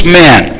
men